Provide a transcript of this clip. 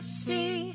see